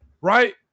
right